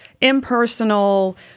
impersonal